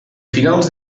finals